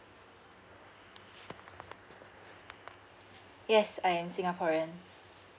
yes I am singaporean